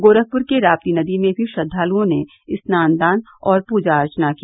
गोरखपुर के राप्ती नदी में भी श्रद्धालुओं ने स्नान दान और पूजा अर्चना की